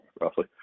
roughly